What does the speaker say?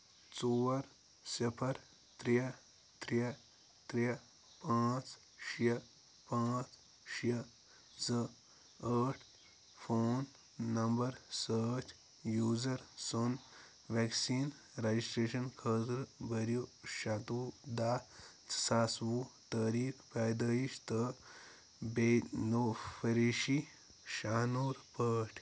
ژور صِفر ترٛےٚ ترٛےٚ ترٛےٚ پانٛژھ شےٚ پانٛژھ شےٚ زٕ ٲٹھ فون نمبر سۭتۍ یوٗزر سُنٛد وٮ۪کسیٖن رَجٕسٹرٛیشن خٲطرٕ بٔرِو شَتوُہ دہ زٕ ساس وُہ تٲریٖخ پیدٲیِش تہٕ بینوفٔریشی شاہنوٗر پٲٹھۍ